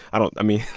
i don't i mean,